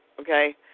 okay